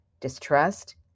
distrust